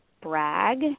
brag